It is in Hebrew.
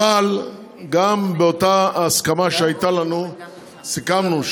אבל גם באותה הסכמה שהייתה לנו סיכמנו,